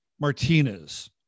Martinez